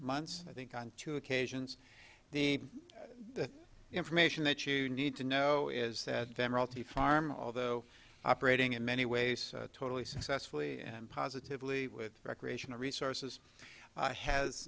months i think on two occasions the information that you need to know is that the farm although operating in many ways totally successfully and positively with recreational